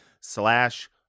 slash